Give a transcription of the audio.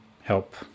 help